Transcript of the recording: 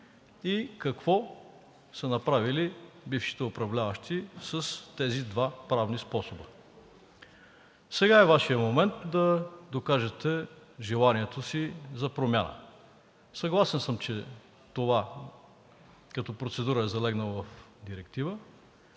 и какво са направили бившите управляващи с тези два правни способа. Сега е Вашият момент да докажете желанието си за промяна. Съгласен съм, че това като процедура е залегнало в директива,